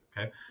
Okay